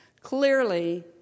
clearly